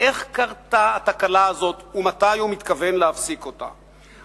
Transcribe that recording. איך קרתה התקלה הזאת ומתי הוא מתכוון להפסיק אותה,